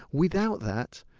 without that,